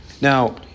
Now